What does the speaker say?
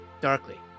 Darkly